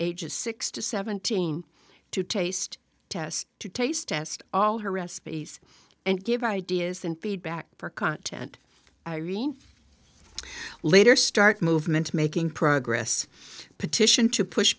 ages six to seventeen to taste test to taste test all her recipes and give ideas and feedback for content irene later start movement making progress petition to push